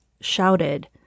shouted